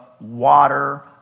water